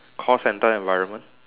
call centre environment